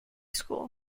school